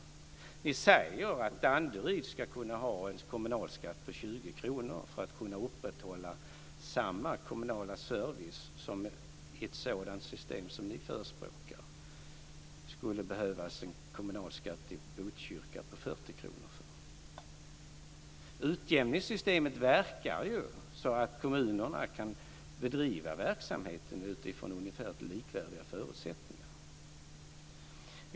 Ni säger att Danderyd ska kunna ha en kommunalskatt på 20 kr för att kunna upprätthålla samma kommunala service för vilken det i ett sådant system som ni förespråkar skulle behövas en kommunalskatt i Botkyrka på 40 kr. Utjämningssystemet verkar ju så att kommunerna kan bedriva verksamheten utifrån ungefär likvärdiga förutsättningar.